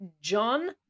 John